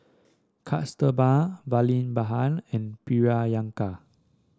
Kasturba Vallabhbhai and Priyanka